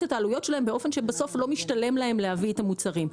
את העלויות עד כדי כך שלא משתלם להם להביא את המוצרים.